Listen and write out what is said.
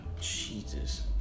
jesus